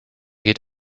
geht